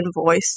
invoice